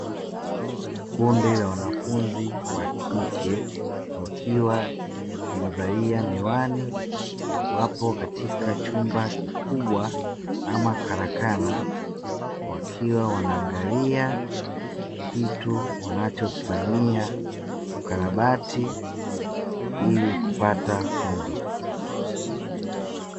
Kundi la wanafunzi wa kike, wakiwa wamevalia miwani, wapo katika chumba kikubwa ama karakana, wakiwa wanaangalia kitu wanachokifanyia ukarabati ili kupata funzo.